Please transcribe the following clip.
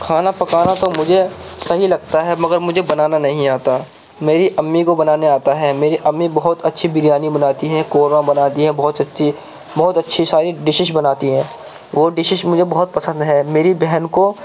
کھانا پکانا تو مجھے صحیح لگتا ہے مگر مجھے بنانا نہیں آتا میری امی کو بنانے آتا ہے میری امی بہت اچھی بریانی بناتی ہیں قورمہ بناتی ہیں بہت اچھی بہت اچھی ساری ڈشز بناتی ہیں وہ ڈشز مجھے بہت پسند ہے میری بہن کو